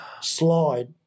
slide